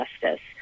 justice